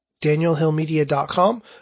danielhillmedia.com